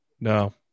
No